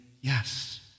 yes